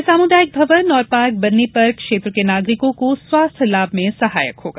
यह सामुदायिक भवन और पार्क बनने पर क्षेत्र के नागरिको को स्वास्थ्य लाभ में सहायक होगा